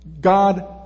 God